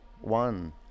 One